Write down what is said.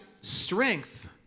strength